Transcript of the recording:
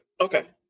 Okay